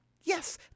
yes